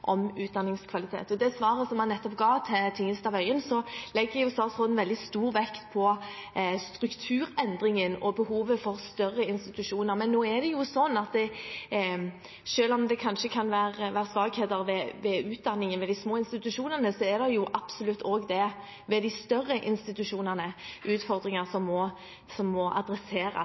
om utdanningskvalitet. I det svaret som han nettopp ga til Tingelstad Wøien, legger statsråden veldig stor vekt på strukturendringer og behovet for større institusjoner, men selv om det kanskje kan være svakheter ved utdanningen ved de små institusjonene, er det jo absolutt utfordringer som må adresseres på et vis, også ved de større institusjonene.